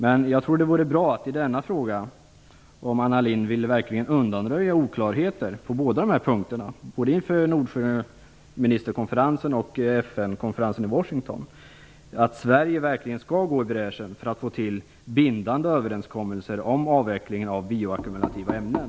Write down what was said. Men jag tror att det vore bra om Anna Lindh verkligen ville undanröja oklarheterna i denna fråga om båda dessa punkter, både inför Nordsjöministerkonferensen och FN-konferensen i Washington, och säga att Sverige verkligen skall gå i bräschen för att få till bindande överenskommelser om avveckling av bioackumulativa ämnen.